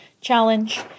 challenge